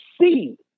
see